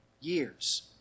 years